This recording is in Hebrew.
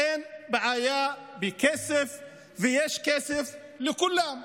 שאין בעיה עם כסף ויש כסף לכולם.